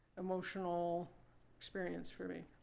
emotional experience for me.